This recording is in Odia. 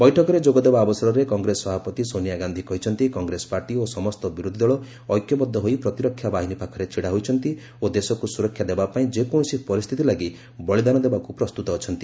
ବୈଠକରେ ଯୋଗଦେବା ଅବସରରେ କଂଗ୍ରେସ ସଭାପତି ସୋନିଆ ଗାନ୍ଧୀ କହିଛନ୍ତି କଂଗେସ ପାର୍ଟି ଓ ସମସ୍ତ ବିରୋଧୀ ଦଳ ଐକ୍ୟବଦ୍ଧ ହୋଇ ପ୍ରତିରକ୍ଷାବାହିନୀ ପାଖରେ ଛିଡା ହୋଇଛନ୍ତି ଓ ଦେଶକୁ ସୁରକ୍ଷା ଦେବାପାଇଁ ଯେକୌଣସି ପରିସ୍ଥିତି ଲାଗି ବଳିଦାନ ଦେବାକୁ ପ୍ରସ୍ତୁତ ଅଛନ୍ତି